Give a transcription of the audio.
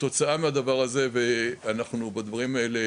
כתוצאה מהדבר הזה ואנחנו בדברים האלה